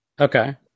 Okay